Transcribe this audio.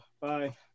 Bye